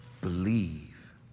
believe